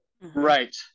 right